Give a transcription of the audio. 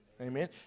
Amen